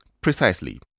Precisely